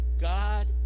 God